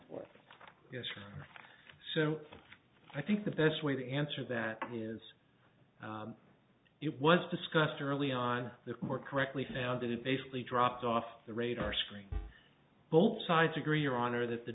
fourth so i think the best way to answer that is it was discussed early on the more correctly founded it basically dropped off the radar screen both sides agree your honor that the